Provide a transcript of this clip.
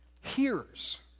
hears